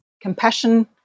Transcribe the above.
Compassion